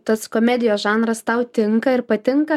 tas komedijos žanras tau tinka ir patinka